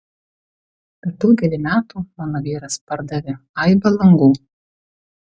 per daugelį metų mano vyras pardavė aibę langų